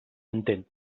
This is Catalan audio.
entén